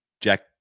Jack